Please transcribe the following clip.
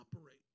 operate